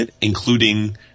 Including